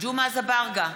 ג'מעה אזברגה,